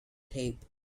tape